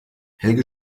helge